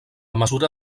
mesura